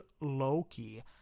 Loki